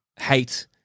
hate